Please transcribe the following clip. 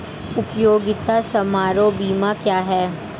उपयोगिता समारोह बीमा क्या है?